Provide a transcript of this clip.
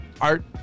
art